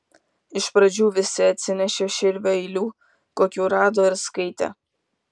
iš pradžių visi atsinešė širvio eilių kokių rado ir skaitė